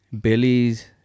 billy's